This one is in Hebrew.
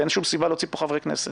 ואין שום סיבה להוציא מפה חברי כנסת.